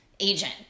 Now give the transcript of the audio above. Agent